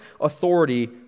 authority